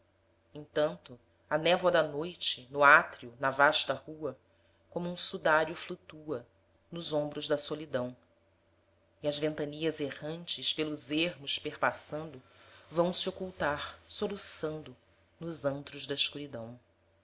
entanto a névoa da noite no átrio na vasta rua como um sudário flutua nos ombros da solidão e as ventanias errantes pelos ermos perpassando vão se ocultar soluçando nos antros da escuridão